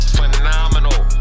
phenomenal